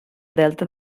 delta